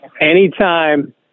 Anytime